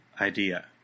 idea